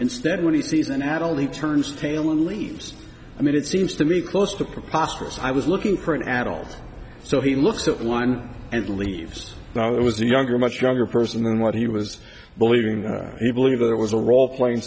instead when he sees an adult he turns tail and leaves i mean it seems to me close to preposterous i was looking for an adult so he looks at one and leaves it was the younger much younger person and what he was believing he believed it was a roleplaying